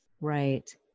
Right